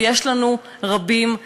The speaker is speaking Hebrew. ויש לנו רבים כאלה.